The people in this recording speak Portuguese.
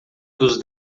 dos